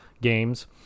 games